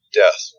death